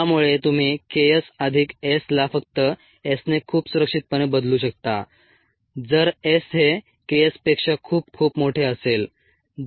त्यामुळे तुम्ही K s अधिक s ला फक्त s ने खूप सुरक्षितपणे बदलू शकता जर s हे K s पेक्षा खूप खूप मोठे असेल